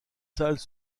salles